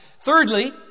Thirdly